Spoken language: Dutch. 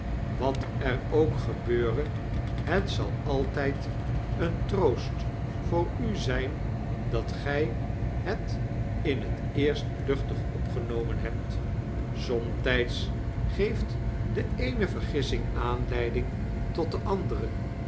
wat er ook gebeure het zal altyd een troost voor u zyn dat gij het in het eerst luchtig opgenomen hebt somtijds geeft de eene vergissing aanleiding tot de andere